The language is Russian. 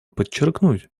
подчеркнуть